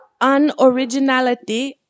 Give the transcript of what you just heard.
unoriginality